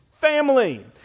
family